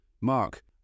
Mark